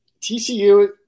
TCU